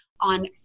on